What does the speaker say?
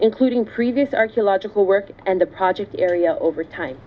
including previous archaeological work and the project area over time